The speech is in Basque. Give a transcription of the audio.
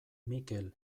mikel